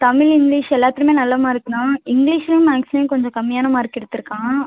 Tamil English எல்லாத்துலையுமே நல்ல mark தான் இங்கிலிஷ்லியும் மேக்ஸ்லியும் கொஞ்சம் கம்மியான மார்க் எடுத்துருக்கான்